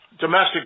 domestic